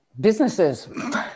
businesses